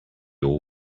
all